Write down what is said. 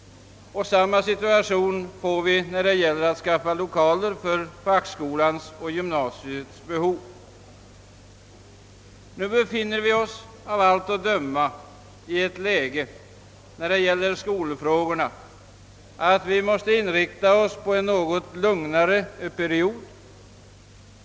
Samma situation möter när det gäller att skaffa lokaler för fackskolans och gymnasiets behov. Nu befinner vi oss av allt att döma i ett sådant läge när det gäller skolfrågorna, att vi måste inrikta oss på en något lugnare utveckling.